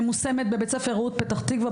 מושמת בבית-ספר "רעות" בפתח תקווה,